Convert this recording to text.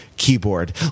keyboard